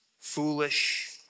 foolish